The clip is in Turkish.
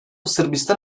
sırbistan